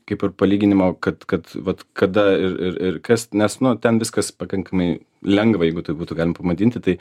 kaip ir palyginimo kad kad vat kada ir ir ir kas nes nu ten viskas pakankamai lengva jeigu taip būtų galima pavadinti tai